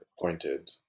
pointed